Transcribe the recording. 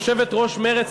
יושבת-ראש מרצ,